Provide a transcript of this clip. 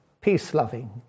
peace-loving